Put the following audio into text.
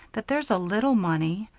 that there's a little money.